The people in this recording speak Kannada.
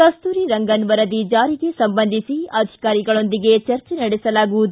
ಕಸ್ಕೂರಿ ರಂಗನ್ ವರದಿ ಜಾರಿಗೆ ಸಂಬಂಧಿಸಿ ಅಧಿಕಾರಿಗಳೊಂದಿಗೆ ಚರ್ಚೆ ನಡೆಸಲಾಗುವುದು